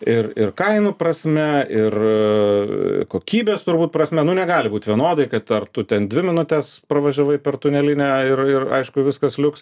ir kainų prasme ir kokybės turbūt prasme nu negali būt vienodai kad ar tu ten dvi minutes pravažiavai per tunelinę ir aišku viskas liuks